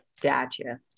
Gotcha